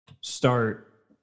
start